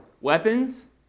weapons